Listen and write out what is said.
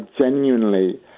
genuinely